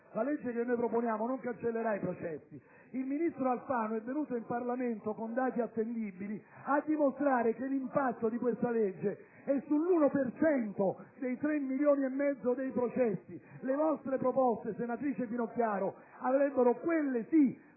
La legge che proponiamo non cancellerà i processi. Il ministro Alfano è venuto in Parlamento con dati attendibili a dimostrare che l'impatto di questa legge riguarda l'uno per cento dei 3,5 milioni di processi in essere. Le vostre proposte, senatrice Finocchiaro, avrebbero, quelle sì,